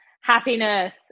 Happiness